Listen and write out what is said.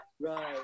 Right